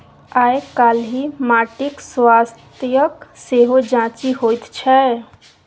आयकाल्हि माटिक स्वास्थ्यक सेहो जांचि होइत छै